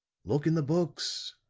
look in the books,